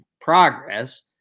progress